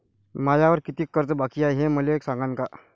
मायावर कितीक कर्ज बाकी हाय, हे मले सांगान का?